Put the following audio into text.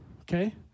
okay